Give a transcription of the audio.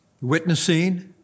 witnessing